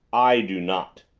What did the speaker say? i do not.